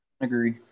agree